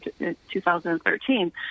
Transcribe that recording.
2013